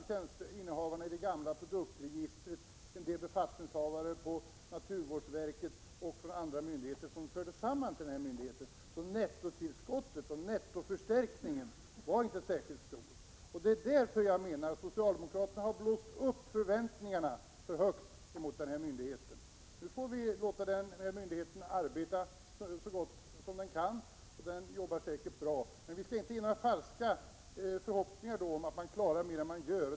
Tjänsteinnehavarna i det gamla produktregistret och en del befattningshavare från naturvårdsverket och från andra myndigheter fördes samman till den här myndigheten. Nettoförstärkningen var alltså inte särskilt stor. Det är därför jag menar att socialdemokraterna har blåst upp förväntningarna på den här myndigheten för högt. Nu får vi låta den arbeta så gott den kan — den jobbar säkert bra — men vi skall inte inge några falska förhoppningar om att den klarar mer än den gör.